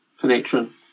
connection